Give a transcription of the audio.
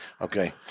Okay